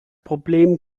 problem